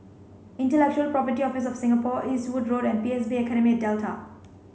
Intellectual Property Office of Singapore Eastwood Road and P S B Academy at Delta